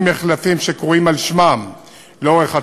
עם מחלפים שקרויים על שמם לאורך הציר,